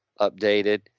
updated